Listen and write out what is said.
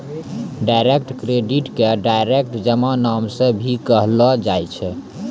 direct credit के direct जमा नाम से भी कहलो जाय छै